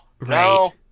no